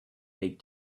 big